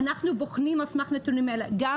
על סמך הנתונים האלה אנחנו בוחנים גם